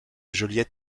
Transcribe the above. joliet